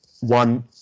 One